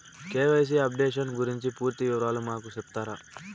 KYC updation గురించి పూర్తి వివరాలు మాకు సెప్తారా?